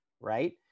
right